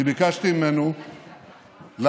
אני ביקשתי ממנו להקדים